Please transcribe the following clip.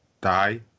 die